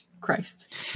Christ